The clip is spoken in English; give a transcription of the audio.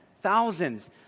Thousands